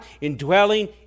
indwelling